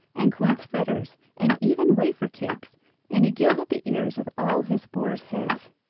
and quince fritters, and even wafer-cakes and he gilded the ears of all his boars' heads.